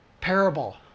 parable